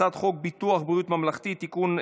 הצעת חוק ביטוח בריאות ממלכתי (תיקון,